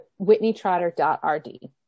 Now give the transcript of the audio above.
WhitneyTrotter.rd